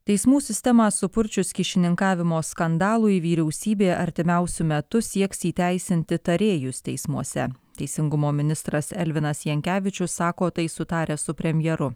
teismų sistemą supurčius kyšininkavimo skandalui vyriausybė artimiausiu metu sieks įteisinti tarėjus teismuose teisingumo ministras elvinas jankevičius sako tai sutaręs su premjeru